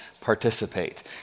participate